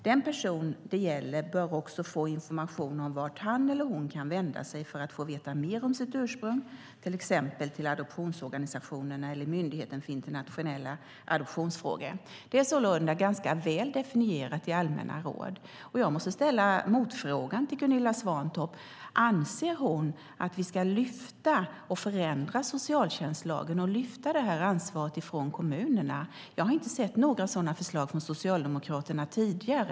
Den person det gäller bör också få information om vart han eller hon kan vända sig för att få veta mer om sitt ursprung, t.ex. till adoptionsorganisationen och Myndigheten för internationella adoptionsfrågor." Det är sålunda ganska väl definierat i allmänna råd. Jag måste ställa en motfråga till Gunilla Svantorp: Anser Gunilla Svantorp att vi ska lyfta och förändra socialtjänstlagen och lyfta det här ansvaret från kommunerna? Jag har inte sett några sådana förslag från Socialdemokraterna tidigare.